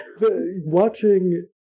Watching